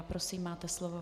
Prosím, máte slovo.